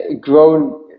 grown